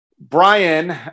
Brian